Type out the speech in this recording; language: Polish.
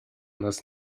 nas